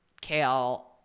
kale